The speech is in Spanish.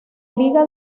liga